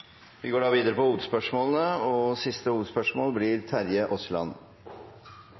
Vi går videre til siste hovedspørsmål.